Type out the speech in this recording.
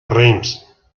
reims